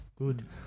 Good